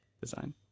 design